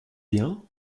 bien